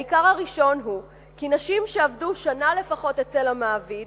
העיקר הראשון הוא כי נשים שעבדו שנה לפחות אצל המעביד